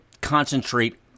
concentrate